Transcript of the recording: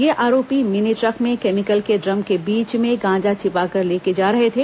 ये आरोपी mini truck मे केमिकल के ड्रम के बीच में गांजा छिपाकर ले जा रहे थे